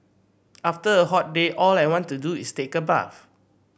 after a hot day all I want to do is take a bath